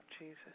Jesus